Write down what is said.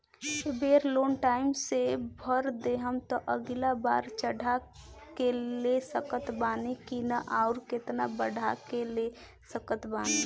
ए बेर loan time से भर देहम त अगिला बार बढ़ा के ले सकत बानी की न आउर केतना बढ़ा के ले सकत बानी?